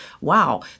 wow